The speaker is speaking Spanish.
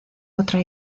otra